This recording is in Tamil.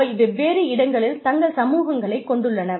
அவை வெவ்வேறு இடங்களில் தங்கள் சமூகங்களைக் கொண்டுள்ளன